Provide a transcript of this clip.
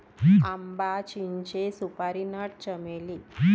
आंबा, चिंचे, सुपारी नट, चमेली